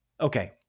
Okay